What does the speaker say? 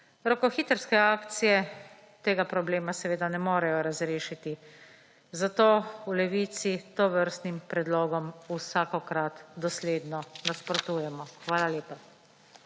Rokohitrske akcije tega problema seveda ne morejo razrešiti, zato v Levici tovrstnim predlogom vsakokrat dosledno nasprotujemo. Hvala lepa.